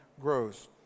grows